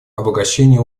обогащение